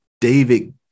David